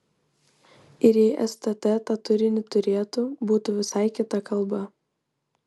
ir jei stt tą turinį turėtų būtų visai kita kalba